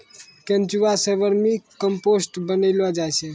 केंचुआ सें vermicompost बनैलो जाय छै